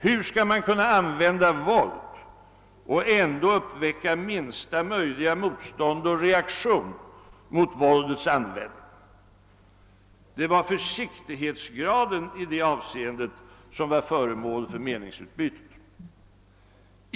Hur skall man kunna använda våld och ändå uppväcka minsta möjliga motstånd och reaktion mot våldets användning? Det var försiktighetsgraden i detta avseende som var föremål för meningsutbytet.